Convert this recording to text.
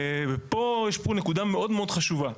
ופה יש פה נקודה מאוד מאוד חשובה.